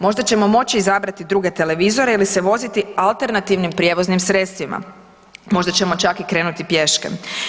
Možda ćemo moći izabrati druge televizore ili se voziti alternativnim prijevoznim sredstvima, možda ćemo čak i krenuti pješke.